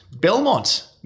Belmont